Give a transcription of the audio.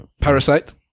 Parasite